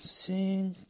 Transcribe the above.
sing